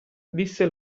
disse